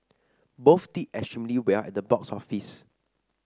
both did extremely well at the box office